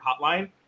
hotline